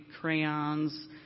crayons